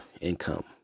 income